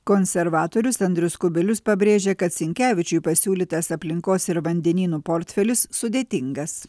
konservatorius andrius kubilius pabrėžė kad sinkevičiui pasiūlytas aplinkos ir vandenynų portfelis sudėtingas